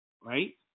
right